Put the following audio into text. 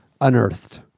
unearthed